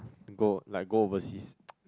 go like go overseas